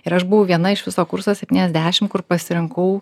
ir aš buvau viena iš viso kurso septyniasdešim kur pasirinkau